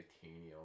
titanium